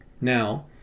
now